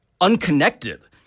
unconnected